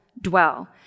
dwell